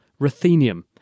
ruthenium